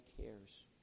cares